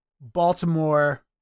Baltimore